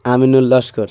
Ananda Laskar